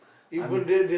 I'm